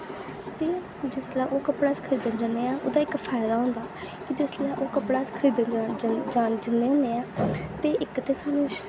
ते जिसले ओह् कपड़ा खरीदन जन्ने आं ते ओह्दा इक फैदा होंदा कि जिसले ओह् कपड़ा अस खरीदन जन्ने होन्ने आं ते इक ते सानूं